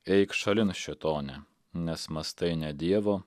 eik šalin šėtone nes mąstai ne dievo